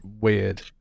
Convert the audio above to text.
weird